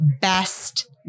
best